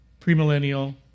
premillennial